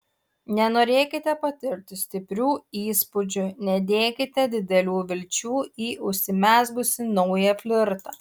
nenorėkite patirti stiprių įspūdžių nedėkite didelių vilčių į užsimezgusį naują flirtą